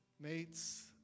mates